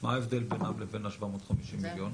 מה ההבדל ביניהם לבין 750 מיליון?